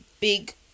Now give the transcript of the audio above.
big